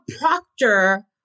Proctor